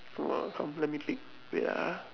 !wah! come let me pick wait ah